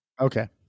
Okay